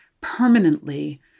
permanently